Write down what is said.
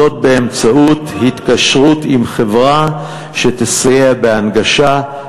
זאת באמצעות התקשרות עם חברה שתסייע בהנגשה,